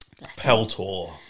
Peltor